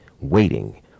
waiting